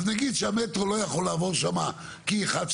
אז נגיד שהמטרו לא יכול לעבור שם כי אחד,